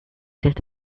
did